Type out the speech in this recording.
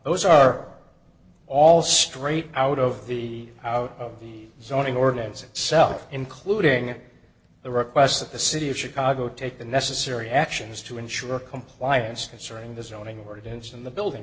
those are all straight out of the out of the zoning ordinance itself including the request that the city of chicago take the necessary actions to ensure compliance concerning the zoning ordinance in the building